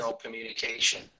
communication